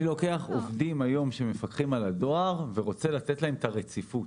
אני לוקח עובדים שהיום מפקחים על הדואר ורוצה לתת להם את הרציפות.